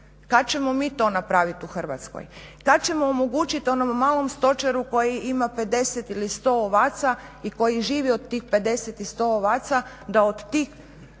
Kada ćemo mi to napraviti u Hrvatskoj? Kada ćemo omogućiti onom malom stočaru koji ima 50 ili 100 ovaca i koji živi od tih 50 i 100 ovaca da od tog